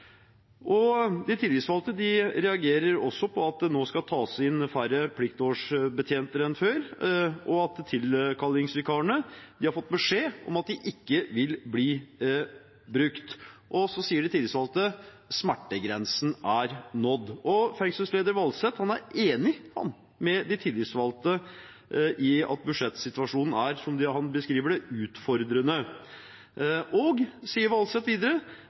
De tillitsvalgte reagerer også på at det nå skal tas inn færre pliktårsbetjenter enn før, og at tilkallingsvikarene har fått beskjed om at de ikke vil bli brukt. De tillitsvalgte sier at smertegrensen er nådd. Fengselsleder Valseth er enig med de tillitsvalgte i at budsjettsituasjonen, slik han beskriver det, er «utfordrende». Han sier videre at «det er planen å redusere kostnader tilsvarende 7,5–8 millioner. Det betyr kutt i driftskostnader, og